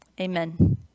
amen